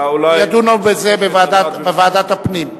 ידונו בזה בוועדת הפנים.